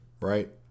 right